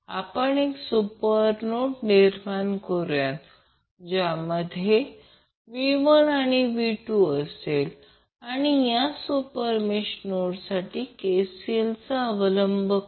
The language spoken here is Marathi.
आपण एक सुपरनोड निर्माण करूया ज्यामध्ये V1 आणि V2 असेल आणि या सुपरमेश नोडसाठी KCL चा अवलंब करूया